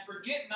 Forget